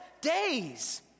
days